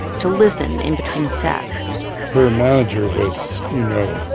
to listen in between sets her manager was, you know,